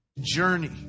...journey